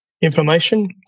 information